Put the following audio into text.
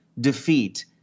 defeat –